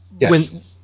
Yes